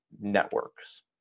networks